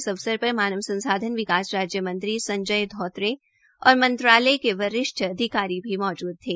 इस अवसर पर मानव संसाधन राज्य मंत्री संजय थोत्रे और मंत्रालय के वरिष्ठ अधिकारी भी मौजूद थे